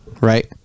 right